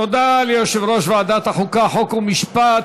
תודה ליושב-ראש ועדת החוקה, חוק ומשפט